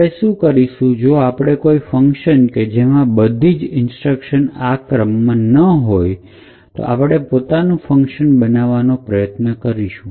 આપણે શું કરીશું કે જો આપણે કોઈ ફંકશન કે જેમાં બધું જ ઇન્સ્ટ્રક્શન આ જ ક્રમમાં ન હોઈ તો આપણે પોતાનું ફંકશન બનાવવાની ટ્રાય કરીશું